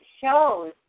shows